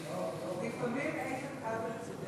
לפעמים איתן כבל צודק.